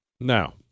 Now